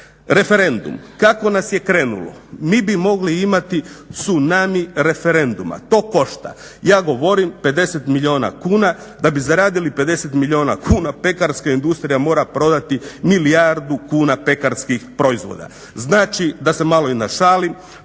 Referendum. Kako nas je krenulo mi bi mogli imati tsunami referenduma. To košta, ja govorim 50 milijuna kuna. Da bi zaradili 50 milijuna kuna pekarska industrija mora prodati milijardu kuna pekarskih proizvoda. Znači, da se malo i našalim,